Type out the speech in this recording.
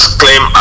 claim